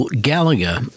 Gallagher